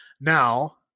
Now